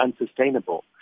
unsustainable